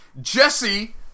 Jesse